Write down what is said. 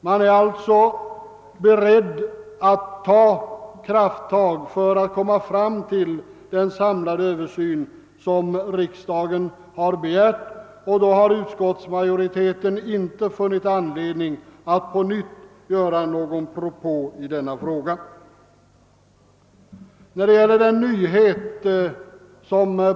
Man är alltså beredd att ta krafttag för att få till stånd den samlade översyn som riksdagen har begärt. Därför har utskottsmajoriteten inte funnit anledning att på nytt göra någon framställning i denna del.